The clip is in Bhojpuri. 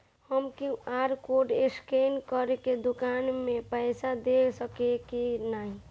हम क्यू.आर कोड स्कैन करके दुकान में पईसा दे सकेला की नाहीं?